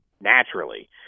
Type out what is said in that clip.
naturally